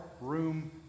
room